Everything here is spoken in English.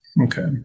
Okay